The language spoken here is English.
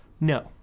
No